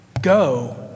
Go